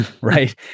Right